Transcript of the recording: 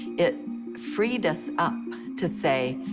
it freed us up to say,